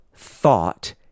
thought